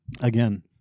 Again